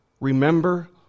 Remember